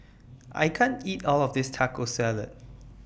I can't eat All of This Taco Salad